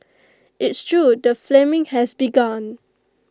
it's true the flaming has begun